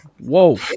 Whoa